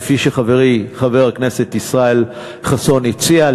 כפי שחברי חבר הכנסת ישראל חסון הציע,